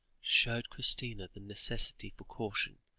showed christina the necessity for caution,